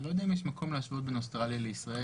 אני לא יודע אם יש מקום להשוות בין אוסטרליה לישראל.